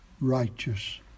righteous